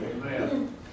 Amen